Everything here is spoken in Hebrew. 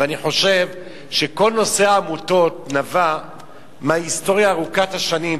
ואני חושב שכל נושא העמותות נבע מההיסטוריה ארוכת השנים,